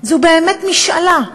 זו באמת משאלה,